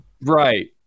Right